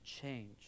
change